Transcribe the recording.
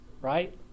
right